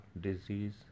disease